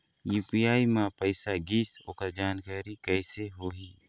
UPI म पैसा गिस ओकर जानकारी कइसे होही?